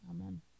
Amen